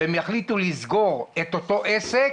והם יחליטו לסגור את אותו עסק.